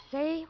Say